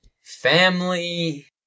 family